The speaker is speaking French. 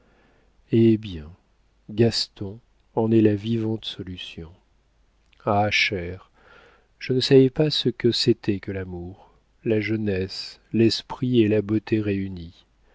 eh bien gaston en est la vivante solution ah chère je ne savais pas ce que c'était que l'amour la jeunesse l'esprit et la beauté réunis